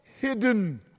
hidden